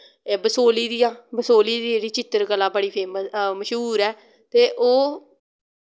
एह् बसोली दियां बसोली दी जेह्ड़ी चित्तरकला बड़ी फेमस मश्हूर ऐ ते ओह्